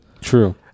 true